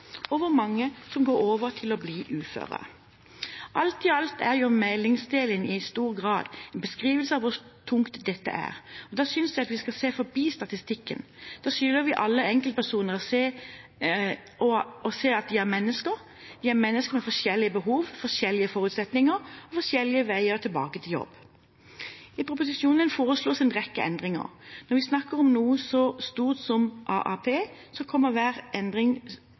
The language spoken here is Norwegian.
og hvor mange som går over til å bli uføre. Alt i alt er meldingsdelen i stor grad en beskrivelse av hvor tungt det er. Da synes jeg at vi skal se forbi statistikken. Da skylder vi alle enkeltpersoner å se at de er mennesker, de er mennesker med forskjellige behov, forskjellige forutsetninger og forskjellig vei tilbake til jobb. I proposisjonen foreslås en rekke endringer. Når vi snakker om noe så stort som AAP, kan hver endring